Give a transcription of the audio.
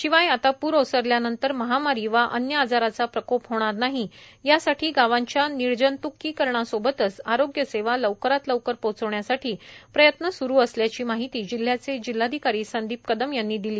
शिवाय आता पूर ओसरल्या नंतर महामारी वा अन्य आजाराचा प्रकोप होणार नाही यासाठी गावाचा निर्जंत्कीकरण सोबतच आरोग्य सेवा लवकरात लवकर पोहचवण्यासाठी प्रयत्न स्रु असल्याची माहिती जिल्ह्याचे जिल्हाधिकारी संदीप कदम यांनी दिली